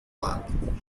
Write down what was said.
lado